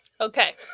Okay